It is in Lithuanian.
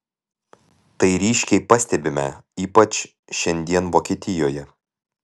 tai ryškiai pastebime ypač šiandien vokietijoje